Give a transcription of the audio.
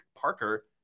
Parker